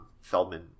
Feldman